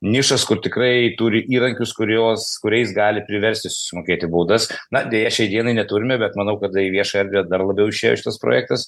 nišas kur tikrai turi įrankius kuriuos kuriais gali priversti susimokėti baudas na deja šiai dienai neturime bet manau kad į viešą erdvę dar labiau išėjo šitas projektas